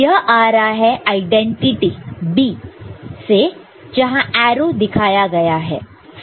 यह आ रहा है आईडेंटिटी b से जहां एरो दिखाया गया है